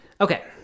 Okay